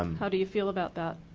um how do you feel about that?